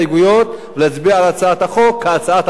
ולהצביע על הצעת החוק כהצעת הוועדה,